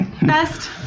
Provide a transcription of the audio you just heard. Best